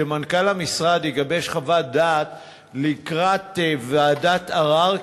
שמנכ"ל המשרד יגבש חוות דעת לקראת ועדת ערר,